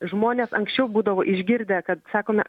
žmonės anksčiau būdavo išgirdę kad sakome